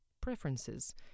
preferences